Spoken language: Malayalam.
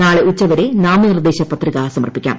നാളെ ഉച്ചവരെ നാമനിർദ്ദേശപത്രിക സമർപ്പിക്കാം